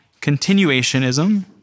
continuationism